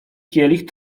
kielich